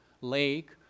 lake